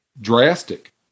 drastic